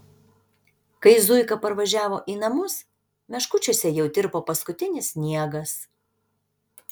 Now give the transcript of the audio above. kai zuika parvažiavo į namus meškučiuose jau tirpo paskutinis sniegas